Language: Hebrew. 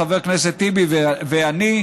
חבר הכנסת טיבי ואני.